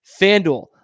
FanDuel